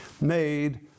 made